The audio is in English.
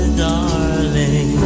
darling